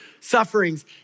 sufferings